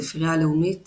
דף שער בספרייה הלאומית